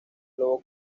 lobo